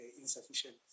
insufficient